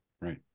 Right